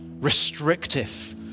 restrictive